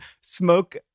smoke